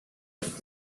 was